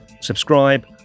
subscribe